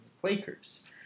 Quakers